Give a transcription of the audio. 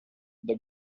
the